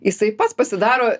jisai pats pasidaro